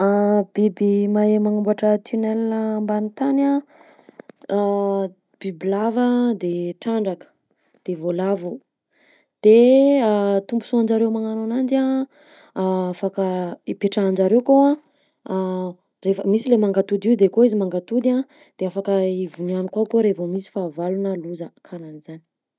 Biby mahay magnamboatra tunnel ambany tany a: bibilava de trandraka, de voalavo; de tombosoan'jareo magnano ananjy a afaka ipetrahan'jareo kao a, reva misy le mangatody io de kao izy mangatody a de afaka ivoniany koa kao rehe vao misy fahavalo na loza, karahan'zany.